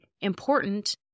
important